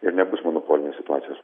ir nebus monopolinės situacijos